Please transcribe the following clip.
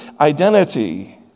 identity